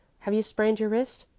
have you sprained your wrist?